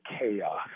chaos